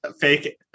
fake